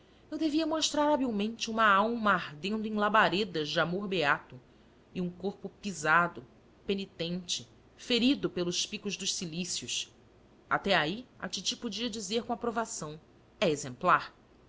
eu devia mostrar habilmente uma alma ardendo em labaredas de amor beato e um corpo pisado penitente ferido pelos picos dos cilícios até ai a titi podia dizer com aprovação é exemplar